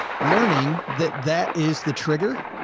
learning that that is the trigger.